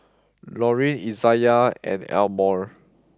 Laurene Izayah and Elmore